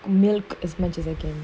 milk as much as I can